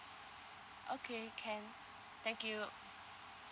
okay can thank you